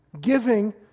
Giving